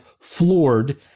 floored